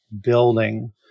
building